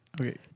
Okay